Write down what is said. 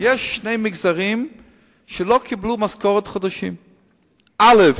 יש שני מגזרים שלא קיבלו משכורת חודשים, א.